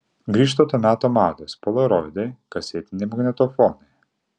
grįžta to meto mados polaroidai kasetiniai magnetofonai